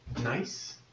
Nice